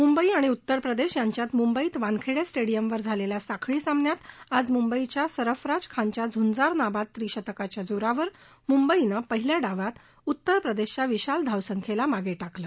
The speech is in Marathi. मुंबई आणि उत्तर प्रदेश यांच्यात मुंबईत वानखेडे स्टेडियमवर झालेल्या साखळी सामन्यात आज मुंबईच्या सरफराझ खानच्या झुंजार नाबाद त्रिशतकाच्या जोरावर मुंबईनं पहिल्या डावात उत्तर प्रदेशच्या विशाल धावसंख्येला मागे टाकलं